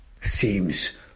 seems